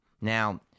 Now